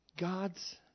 God's